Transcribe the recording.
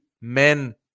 men